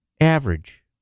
average